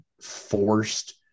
forced